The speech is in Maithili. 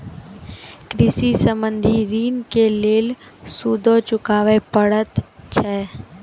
कृषि संबंधी ॠण के लेल सूदो चुकावे पड़त छै?